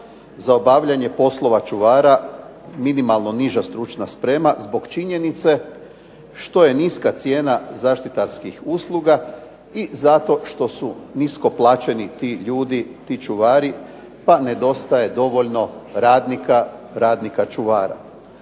za obavljanje poslova čuvara minimalno niža stručna spremna zbog činjenice što je niska cijena zaštitarskih usluga i zato što su nisko plaćeni ti ljudi, ti čuvari pa nedostaje dovoljno radnika čuvara.